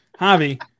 Javi